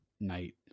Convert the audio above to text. Night